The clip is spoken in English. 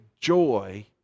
joy